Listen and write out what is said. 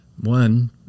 one